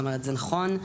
זה נכון,